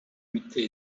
weekday